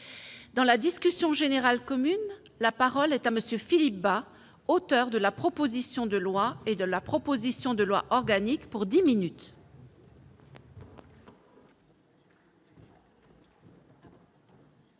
Dans la discussion générale commune, la parole est à M. Philippe Bas, auteur de la proposition de loi et de la proposition de loi organique. Madame